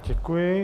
Děkuji.